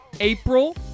April